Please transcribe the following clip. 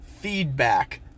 feedback